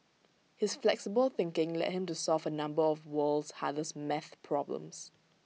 his flexible thinking led him to solve A number of the world's hardest math problems